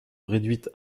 réduite